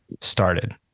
started